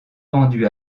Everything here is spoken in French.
vendu